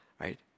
Right